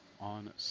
On